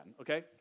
Okay